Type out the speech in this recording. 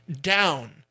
down